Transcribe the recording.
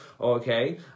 okay